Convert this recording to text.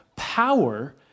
power